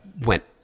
went